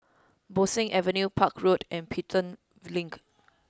Bo Seng Avenue Park Road and Pelton Link